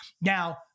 Now